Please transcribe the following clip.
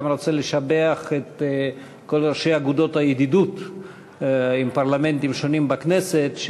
רוצה לשבח את כל ראשי אגודות הידידות עם פרלמנטים שונים בכנסת,